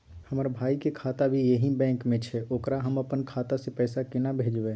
हमर भाई के खाता भी यही बैंक में छै ओकरा हम अपन खाता से पैसा केना भेजबै?